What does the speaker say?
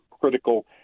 critical